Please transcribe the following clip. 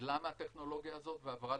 חדלה מהטכנולוגיה הזאת ועברה